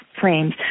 frames